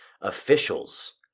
officials